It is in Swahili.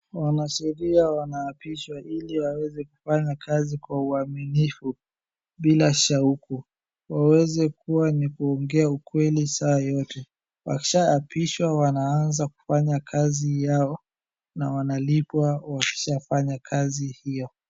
Wanasheria wanaapishwa ili waweze kufanya kazi kwa uaminifu, bila shauku. Waweze kuwa ni kuongea ukweli saa yote. Wakisha apishwa wanaanza kufanya kazi yao na wanalipwa wakishafanya kazi hio.